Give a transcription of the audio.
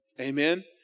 Amen